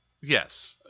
Yes